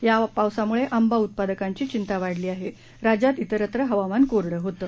या पावसामुळक्रिंबा उत्पादकांची चिंता वाढली आह रिज्यात विरत्र हवामान कोरडं होतं